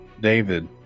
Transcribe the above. David